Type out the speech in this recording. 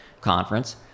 conference